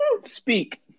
Speak